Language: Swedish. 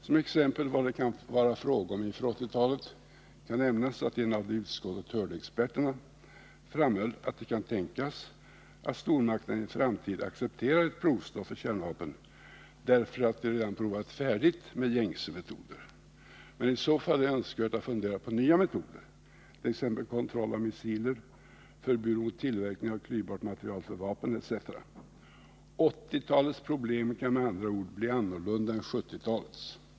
Som exempel på vad det kan vara fråga om inför 1980-talet kan nämnas, att en av de i utskottet hörda experterna framhöll, att det kan tänkas att stormakterna i en framtid accepterar ett provstopp för kärnvapen, därför att de redan provat färdigt med gängse metoder. Men i så fall är det önskvärt att fundera på nya metoder, t.ex. kontroll av missiler, förbud mot tillverkning av klyvbart material för vapen etc. 1980-talets problem kan med andra ord bli annorlunda än 1970-talets.